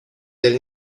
del